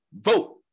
vote